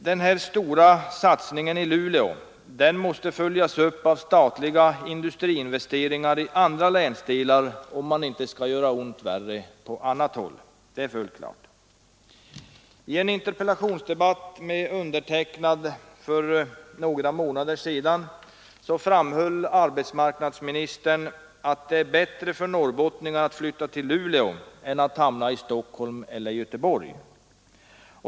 Den stora satsningen i Luleå måste följas upp med statliga industriinvesteringar i andra länsdelar, om man inte skall göra ont värre på annat håll. I en interpellationsdebatt med mig för några månader sedan framhöll arbetsmarknadsministern att det är bättre för norrbottningarna att flytta till Luleå än att hamna i Stockholm eller Göteborg.